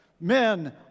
Men